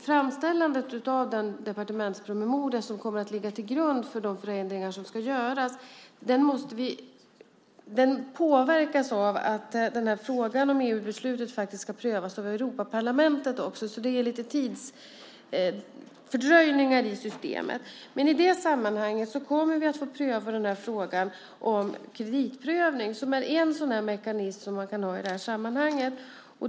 Framställandet av den departementspromemoria som kommer att ligga till grund för de förändringar som ska göras påverkas av att frågan om EU-beslutet faktiskt ska prövas av Europaparlamentet också, så det är lite tidsfördröjningar i systemet. I det sammanhanget kommer vi dock att få pröva denna fråga om kreditprövning, som är en mekanism som man kan ha när det gäller detta.